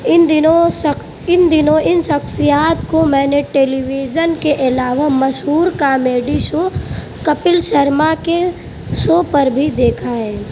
ان دنوں سک ان دنوں ان سخصیات کو میں نے ٹیلی ویژن کے علاوہ مشہور کامیڈی شو کپل شرما کے شو پر بھی دیکھا ہے